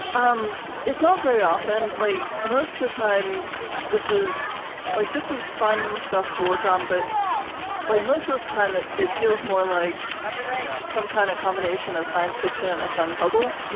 um it's not very often, like most of the time this is like this is fun stuff to work on. but like most of the time it it feels more like some kind of combination of science fiction and a fun puzzle,